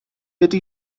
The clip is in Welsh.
ydy